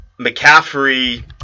McCaffrey